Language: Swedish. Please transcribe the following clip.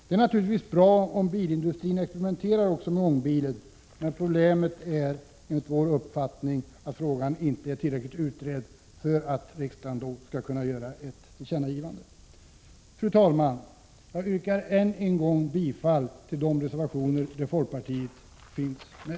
Det är naturligtvis bra om bilindustrin experimenterar också med ångbilen, men problemet är enligt min mening att frågan inte är tillräckligt utredd för att riksdagen skall kunna göra ett tillkännagivande. Fru talman! Jag yrkar än en gång bifall till reservationer där folkpartiet finns med.